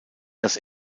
das